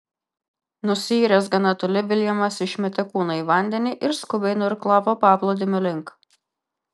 nusiyręs gana toli viljamas išmetė kūną į vandenį ir skubiai nuirklavo paplūdimio link